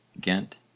Ghent